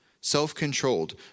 self-controlled